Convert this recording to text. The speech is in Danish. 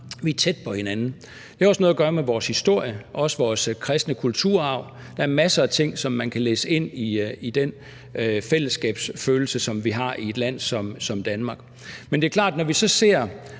vi er tæt på hinanden. Det har også noget at gøre med vores historie og vores kristne kulturarv. Der er masser af ting, som man kan læse ind i den fællesskabsfølelse, vi har i et land som Danmark. Men det er klart, at når vi så ser